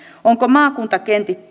ovatko maakuntakentät